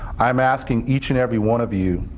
i'm asking each and every one of you.